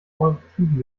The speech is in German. auditiven